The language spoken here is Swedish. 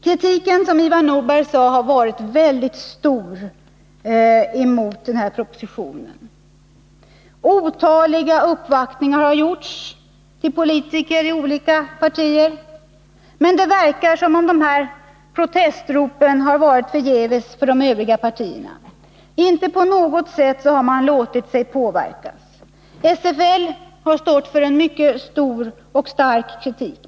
Kritiken har, som Ivar Nordberg sade, varit mycket hård mot den här propositionen. Otaliga uppvaktningar har gjorts hos politiker i olika partier. Men det verkar som om dessa protestrop har varit förgäves. Inte på något sätt har partierna, förutom vpk, låtit sig påverkas. SFL har stått för en mycket stark kritik.